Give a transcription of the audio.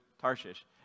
Tarshish